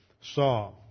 saw